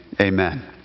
amen